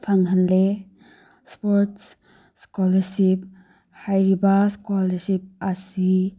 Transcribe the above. ꯐꯪꯍꯟꯂꯦ sports scholarship ꯍꯥꯏꯔꯤꯕ scholarship ꯑꯁꯤ